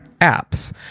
apps